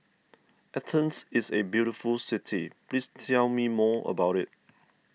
Athens is a very beautiful city please tell me more about it